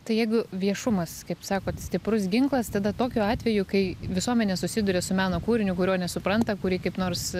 tai jeigu viešumas kaip sakot stiprus ginklas tada tokiu atveju kai visuomenė susiduria su meno kūriniu kurio nesupranta kurį kaip nors